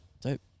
dope